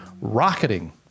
rocketing